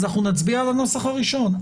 אז אנחנו נצביע על הנוסח הראשון.